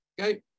okay